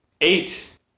Eight